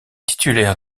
titulaire